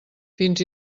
fins